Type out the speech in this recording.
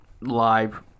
live